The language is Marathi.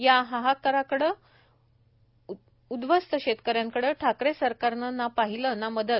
या हाहाकाराकडे उद्ध्वस्त शेतकऱ्यांकडे ठाकरे सरकारने ना पाहिले ना मदत